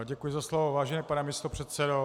Děkuji za slovo, vážený pane místopředsedo.